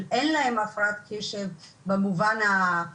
זאת אומרת שאין להם באמת הפרעת קשב במובן הנוירו-התפתחותית,